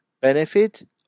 benefit